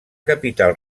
capital